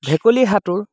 ভেকুলী সাঁতোৰ